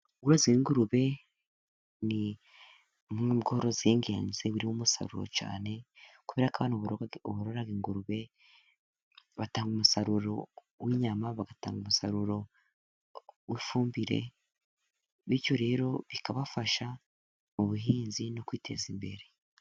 Ubworozi bw'ingurube ni ubworozi bw'ingenzi burimo umusaruro cyane. Kubera ko abantu borora ingurube batanga umusaruro w'inyama, bagatanga umusaruro w'ifumbire, bityo rero bikabafasha mu buhinzi no kwiteza imbere.